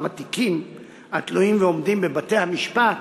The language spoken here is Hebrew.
התיקים התלויים ועומדים בבתי-המשפט,